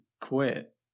quit